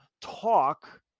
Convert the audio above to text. talk